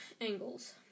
angles